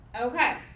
Okay